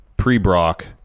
pre-Brock